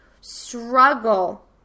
struggle